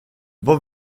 vad